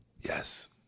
Yes